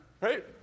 Right